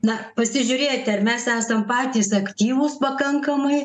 na pasižiūrėti ar mes esam patys aktyvūs pakankamai